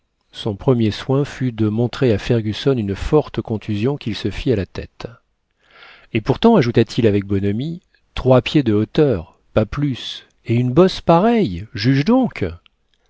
son premier soin fut de montrer à fergusson une forte contusion qu'il se fit à la tête et pourtant ajouta-t-il avec bonhomie trois pieds de hauteur pas plus et une bosse pareille juge donc